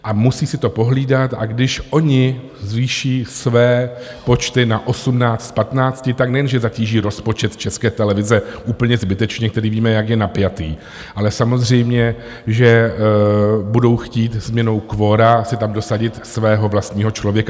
A musí si to pohlídat, a když oni zvýší své počty na 18 z 15, tak nejenže zatíží rozpočet České televize úplně zbytečně, který víme, jak je napjatý, ale samozřejmě že budou chtít změnou kvora si tam dosadit svého vlastního člověka.